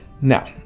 now